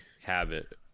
habit